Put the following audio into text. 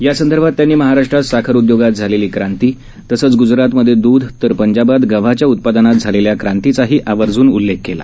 यासंदर्भात त्यांनी महाराष्ट्रात साखर उद्योगात झालेली क्रांती तसंच ग्जरातमधे द्ध तर पंजाबात गव्हाच्या उत्पादनात झालेल्या क्रांतीचा आवर्जून उल्लेख केला